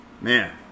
man